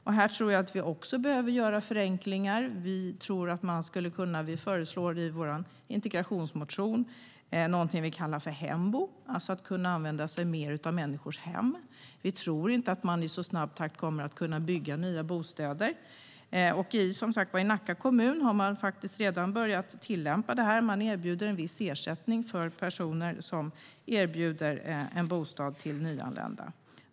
Även här tror jag att vi behöver göra förenklingar. Vi föreslår i vår integrationsmotion något vi kallar hembo, att kunna använda sig mer av människors hem. Vi tror inte att man i så snabb takt kommer att kunna bygga nya bostäder. I Nacka kommun har man redan börjat tillämpa detta. Man ger en viss ersättning till personer som erbjuder en bostad till nyanlända.